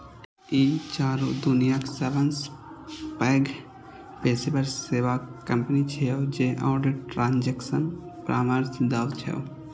ई चारू दुनियाक सबसं पैघ पेशेवर सेवा कंपनी छियै जे ऑडिट, ट्रांजेक्शन परामर्श दै छै